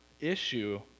issue